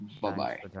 Bye-bye